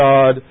God